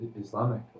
islamic